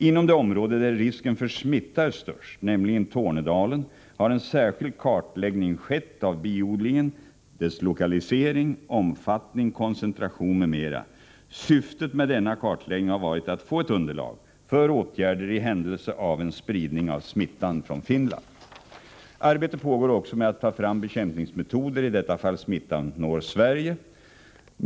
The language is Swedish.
Inom det område där risken för smitta är störst, nämligen Tornedalen, har en särskild kartläggning skett av biodlingen, dess lokalisering, omfattning, koncentration m.m. Syftet med denna kartläggning har varit att få ett underlag för åtgärder i händelse av en spridning av smittan från Finland. Arbete pågår också med att ta fram bekämpningsmetoder i det fall smittan når Sverige.